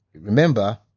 remember